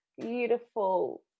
Beautiful